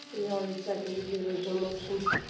we already seconded the original motion.